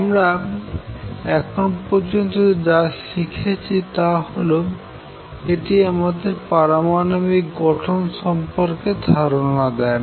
আমরা এ পর্যন্ত যা শিখেছি তা হল এটি আমাদের পারমাণবিক গঠন সম্পর্কে ধারণা দেয়